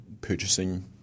purchasing